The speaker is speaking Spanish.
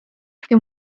que